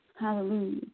Hallelujah